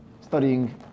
Studying